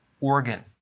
organ